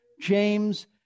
James